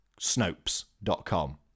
Snopes.com